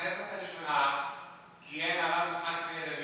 בכנסת הראשונה כיהן הרב יצחק מאיר לוין,